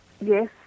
Yes